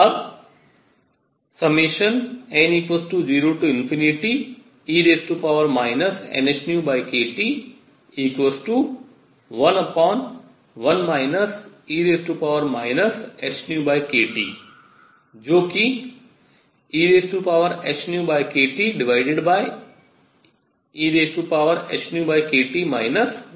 अब n0e nhνkT11 e hνkT जो कि ehνkTehνkT 1 के बराबर है